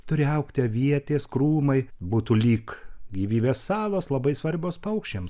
turi augti avietės krūmai būtų lyg gyvybės salos labai svarbios paukščiams